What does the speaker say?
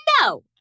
No